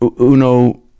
Uno